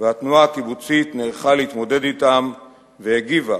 והתנועה הקיבוצית נערכה להתמודד אתם והגיבה